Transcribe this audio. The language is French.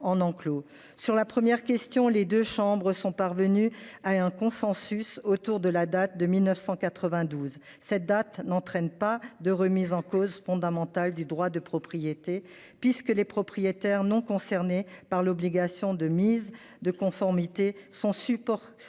sur la première question. Les deux chambres sont parvenus à un consensus autour de la date de 1992. Cette date n'entraîne pas de remise en cause fondamentale du droit de propriété puisque les propriétaires non concernés par l'obligation de mise de conformité son support.